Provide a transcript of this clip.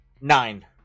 Nine